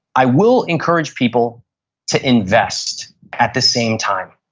i will encourage people to invest at the same time.